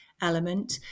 element